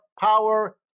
power